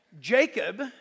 Jacob